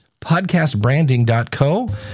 podcastbranding.co